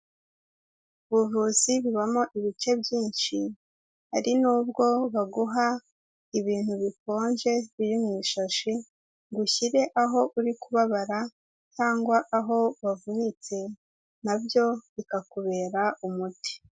Ubuvuzi bubamo ibice byinshi, hari n'ubwo baguha ibintu bikonje biri mu ishashi ngo ushyire aho uri kubabara cyangwa aho wavunitse nabyo bikakubera umuti.